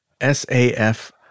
S-A-F